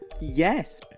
Yes